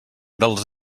dels